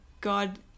god